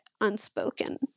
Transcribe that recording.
unspoken